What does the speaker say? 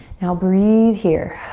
now breathe here.